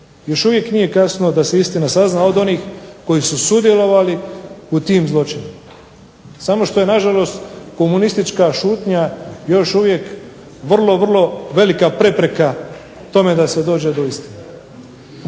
Još uvijek nije kasno da se istina sazna od onih koji su sudjelovali u tim zločinima. Samo što je nažalost komunistička šutnja još uvijek vrlo, vrlo velika prepreka tome da se dođe do istine.